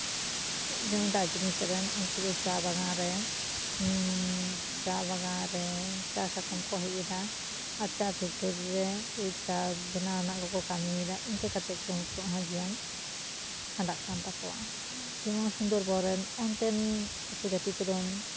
ᱡᱮᱢᱚᱱ ᱫᱟᱨᱡᱤᱞᱤᱝ ᱥᱮᱫᱨᱮᱱ ᱩᱱᱠᱩ ᱫᱚ ᱪᱟ ᱵᱟᱜᱟᱱ ᱨᱮ ᱪᱟ ᱵᱟᱜᱟᱱ ᱨᱮ ᱪᱟ ᱥᱟᱠᱟᱱᱢ ᱠᱚ ᱦᱮᱡ ᱮᱫᱟ ᱟᱪᱪᱷᱟ ᱯᱷᱮᱠᱴᱚᱨᱤ ᱨᱮ ᱪᱟ ᱵᱮᱱᱟᱣ ᱨᱮᱱᱟᱜ ᱠᱚᱠᱚ ᱠᱟᱹᱢᱤᱭᱮᱫᱟ ᱤᱱᱠᱟᱹ ᱠᱟᱛᱮ ᱜᱮᱠᱚ ᱩᱱᱠᱩᱣᱟᱜ ᱦᱚᱸ ᱡᱤᱭᱚᱱ ᱠᱷᱟᱸᱰᱟᱜ ᱠᱟᱱ ᱛᱟᱠᱚᱣᱟ ᱡᱮᱢᱚᱱ ᱥᱩᱱᱫᱚᱨ ᱵᱚᱱ ᱨᱮᱱ ᱚᱱᱛᱮᱱ ᱩᱯᱚᱡᱟᱹᱛᱤ ᱠᱚᱫᱚ